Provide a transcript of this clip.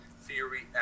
theory